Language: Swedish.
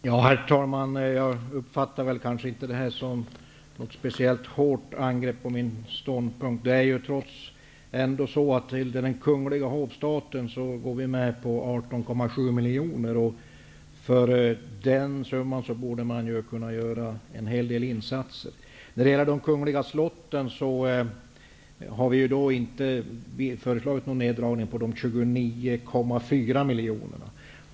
Herr talman! Jag uppfattar inte detta som något speciellt hårt angrepp på min ståndpunkt. Vi går ändå med på ett anslag till den kungliga hovstaten på 18,7 miljoner. För den summan borde man kunna göra en hel del insatser. När det gäller de kungliga slotten har vi inte föreslagit någon neddragning av de 29,4 miljonerna.